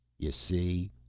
you see?